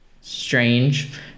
strange